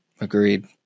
Agreed